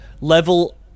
level